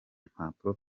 mpapuro